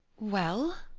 well?